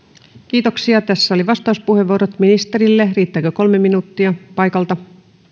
kiitoksia tässä olivat vastauspuheenvuorot riittääkö ministerille kolme minuuttia paikalta